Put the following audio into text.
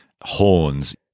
horns